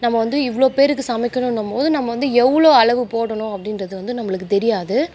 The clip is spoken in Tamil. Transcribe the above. நம்ம வந்து இவ்வளோ பேருக்கு சமைக்கணும்னம்போது நம்ம வந்து எவ்வளோ அளவு போடணும் அப்படின்றது வந்து நம்மளுக்கு தெரியாது